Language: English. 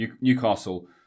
Newcastle